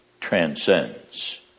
transcends